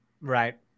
Right